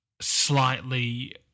slightly